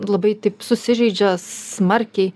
labai taip susižeidžia smarkiai